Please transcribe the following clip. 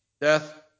Death